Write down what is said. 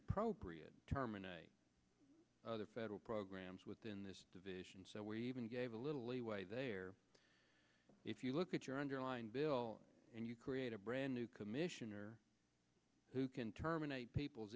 appropriate term and other federal programs within this division so we even gave a little leeway there if you look at your underlying bill and you create a brand new commissioner who can terminate people's